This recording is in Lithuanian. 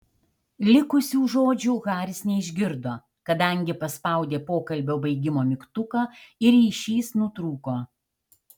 likusių žodžių haris neišgirdo kadangi paspaudė pokalbio baigimo mygtuką ir ryšys nutrūko